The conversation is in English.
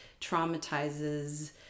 traumatizes